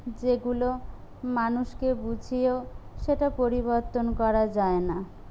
যেগুলো মানুষকে বুঝিয়েও সেটা পরিবর্তন করা যায় না